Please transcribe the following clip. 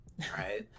right